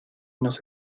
nos